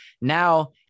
Now